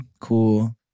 Cool